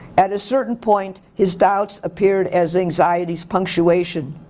at a certain point his doubts appeared as anxieties punctuation.